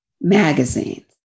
magazines